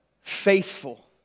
faithful